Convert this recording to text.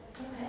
Okay